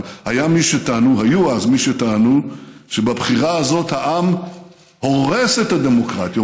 אבל היו אז מי שטענו שבבחירה הזאת העם הורס את הדמוקרטיה,